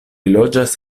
loĝas